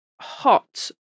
hot